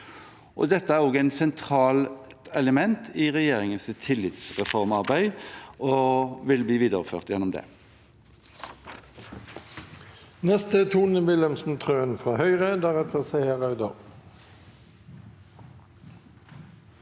Det er også et sentralt element i regjeringens tillitsreformarbeid og vil bli videreført gjennom det.